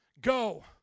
go